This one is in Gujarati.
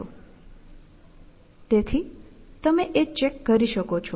તેથી તમે એ ચેક કરી શકો છો